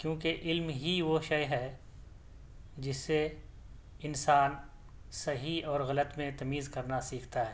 کیونکہ علم ہی وہ شے ہے جس سے انسان صحیح اور غلط میں تمیز کرنا سیکھتا ہے